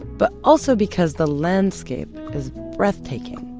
but also because the landscape is breathtaking.